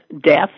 death